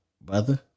brother